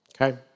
Okay